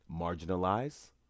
marginalize